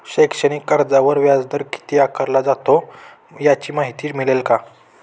शैक्षणिक कर्जावर व्याजदर किती आकारला जातो? याची माहिती मिळेल का?